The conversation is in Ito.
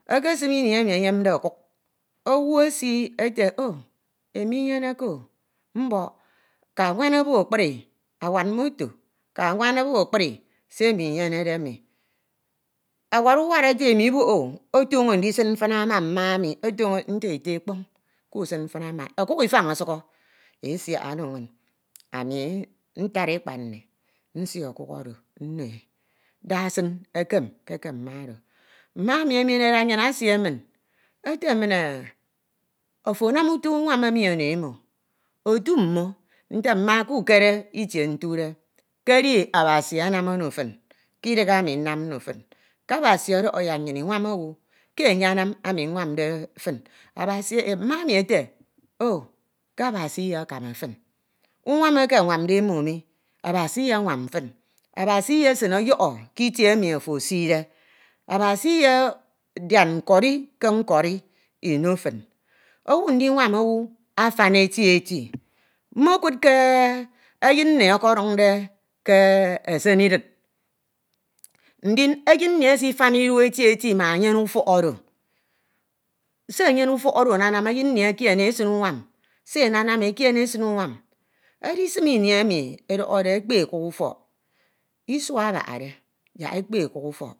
ekesim ini emi eyemde ọkuk owu esii ete o imo inyeneke o, mbok ka wana bo akpri se imo inyenede emi, owad uwad ete imo iboho o ofoño ndisin mfina ma mma emi, nte ete kpoñ kusin mfina okuk ifan isukho e siak ono iuñ ami ntad ekpad nni nsi ọkuk oro nno- e da sin ekem ke eke mma oro. Mma emi emenede anyin esie min, ete min ofo anam uto unwam emi ono emo, etu mmo? nte mma kukere itie ntude ke ede Abasi anam ono fin, ke idighe ami nnom nno fin, ke Abasi odoho yak nnyin inwam owu. Ke enye anam nwamde fin, mma ete ke Abasi lyekama fin, unwam eke anwamde emo mi, Abasi iyenwam fin, Abasi Iysin asọhọ ke itie emi ofo eside. Abasi Iyedian nkori ke nkori ino fin, iwk ndinwam owu afan eti eti. Mekud ke eyin nni ọkọdunda ke esen idid ndin eyin nni esifan Idu eti eti ma enyene ufọk oro. Se enyene ufọk oro anenem eyin ekieme e esin unwam, se e nanam ekiene esin unwam, edisim ini emi edọhọde ekpe ọkuk ufọk, Isua abahade yak ekpe ọkuk ufọk.